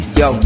yo